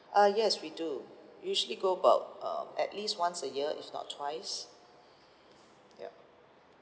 uh yes we do usually go about um at least once a year if not twice yup